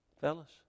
fellas